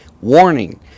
warning